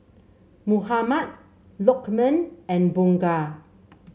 Muhammad Lokman and Bunga